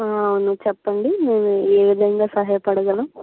అవును చెప్పండి మేము ఏ విధంగా సహాయపడగలం